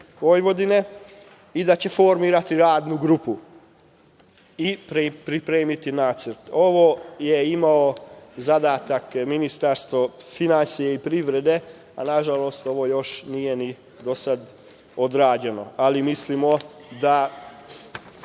i da će formirati radnu grupu i pripremiti nacrt. Ovaj zadatak je imalo Ministarstvo finansije i privrede, a nažalost ovo još nije do sad odrađeno, ali mislimo da